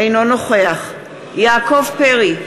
אינו נוכח יעקב פרי,